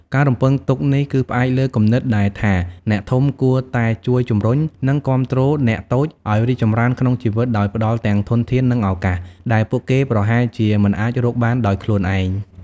ការរំពឹងទុកនេះគឺផ្អែកលើគំនិតដែលថាអ្នកធំគួរតែជួយជំរុញ និងគាំទ្រអ្នកតូចឱ្យរីកចម្រើនក្នុងជីវិត ដោយផ្ដល់ទាំងធនធាន និងឱកាសដែលពួកគេប្រហែលជាមិនអាចរកបានដោយខ្លួនឯង។